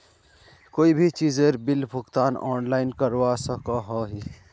कोई भी चीजेर बिल भुगतान ऑनलाइन करवा सकोहो ही?